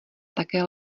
také